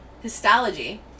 Histology